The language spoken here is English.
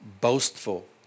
boastful